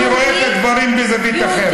אני רואה את הדברים בזווית אחרת.